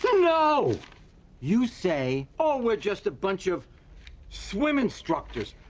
you know you say oh we're just a bunch of swim instructors.